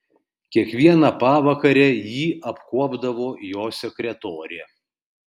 kiekvieną pavakarę jį apkuopdavo jo sekretorė